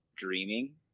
Dreaming